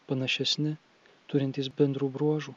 panašesni turintys bendrų bruožų